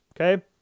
Okay